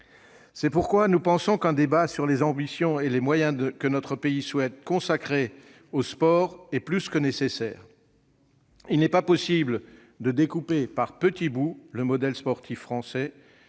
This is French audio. C'est pourquoi nous pensons qu'un débat sur les ambitions et les moyens que notre pays souhaite consacrer au sport est plus que nécessaire. Il n'est pas possible de découper par petits bouts le modèle sportif français